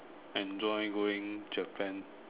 enjoy going Japan